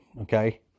okay